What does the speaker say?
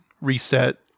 reset